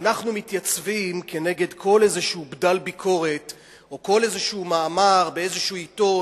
אנחנו מתייצבים כנגד כל איזה בדל ביקורת או כל איזה מאמר באיזה עיתון,